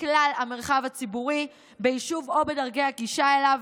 כלל המרחב הציבורי ביישוב או בדרכי הגישה אליו,